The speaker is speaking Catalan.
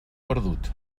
perdut